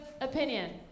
opinion